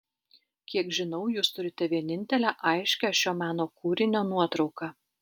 kiek žinau jūs turite vienintelę aiškią šio meno kūrinio nuotrauką